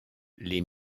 les